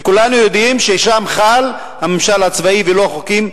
וכולנו יודעים ששם חל הממשל הצבאי ולא חוקים,